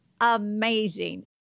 amazing